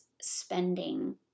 spending